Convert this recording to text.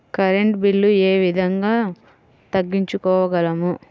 Current bill ఏ విధంగా తగ్గించుకోగలము?